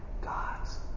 God's